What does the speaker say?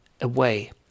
away